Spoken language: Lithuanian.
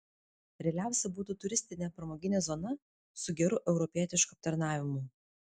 realiausia būtų turistinė pramoginė zona su geru europietišku aptarnavimu